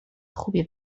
خوبی